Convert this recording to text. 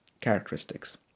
characteristics